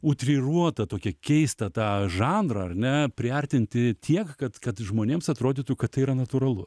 utriruotą tokį keistą tą žanrą ar ne priartinti tiek kad kad žmonėms atrodytų kad tai yra natūralu